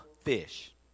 fish